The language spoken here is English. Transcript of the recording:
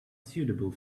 suitable